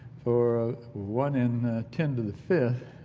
for one and ten to the fifth